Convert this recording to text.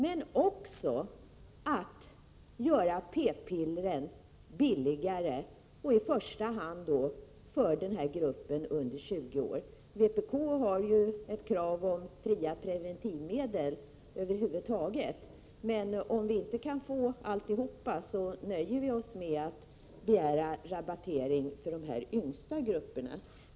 Men det gäller också att göra p-pillren billigare, i första hand för gruppen under 20 år. Vpk har ett krav om fria preventivmedel över huvud taget, men om vi inte kan få alltihop, nöjer vi oss med att begära rabattering för de yngsta grupperna.